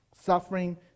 Suffering